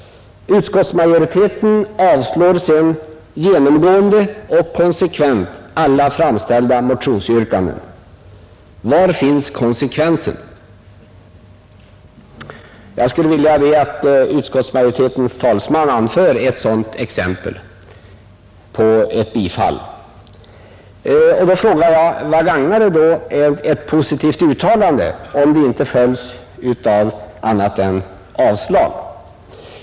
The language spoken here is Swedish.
Utskottsmajoriteten avslår sedan genomgående alla framställda motionsyrkanden! Var finns konsekvensen? Jag vill be att utskottsmajoritetens talesman anför ett enda exempel på ett bifall. Jag frågar: Vad gagnar då ett positivt uttalande, när det inte följs av annat än avslag?